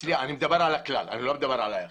אני מדבר על הכלל, אני לא מדבר עליי עכשיו.